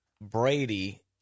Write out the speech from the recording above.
Brady